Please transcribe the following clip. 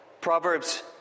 Proverbs